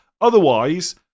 Otherwise